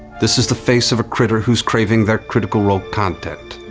this is the face of a critter who's craving their critical role content.